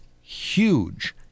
huge